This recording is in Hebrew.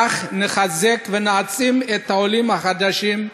כך נחזק ונעצים את העולים החדשים,